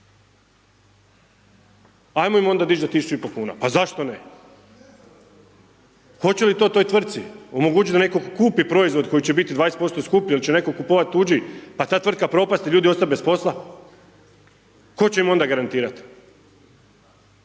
Ajmo im onda dić a 1.500 kuna, pa zašto ne, hoće li to toj tvrci omogućit da neko kupi proizvod koji će biti 20% skuplji il će neko kupovat tuđi, a ta tvrtka propast i ljudi ostat bez posla. Tko će im onda garantirat?